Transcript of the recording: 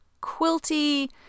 quilty